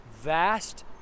vast